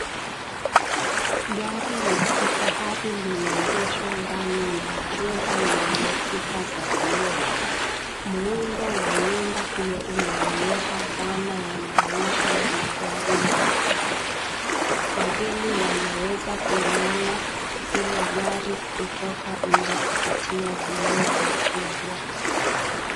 Gari la kifahari limeegeshwa ndani ya jumba lenye kuta za vioo. Muundo wa nyumba hiyo unaonyesha banner ya maonyesho ya magari ya dhamani. Wageni wanaweza kuliona hilo gari kutoka nje kupitia vioo vikubwa.